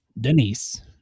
Denise